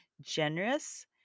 generous